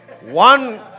one